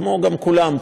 כמו כולם,